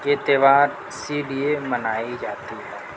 یہ تہوار اِسی لئے منائی جاتی ہے